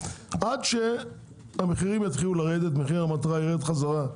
עד שהמחירים יתחילו לרדת חזרה,